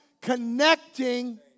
Connecting